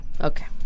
Okay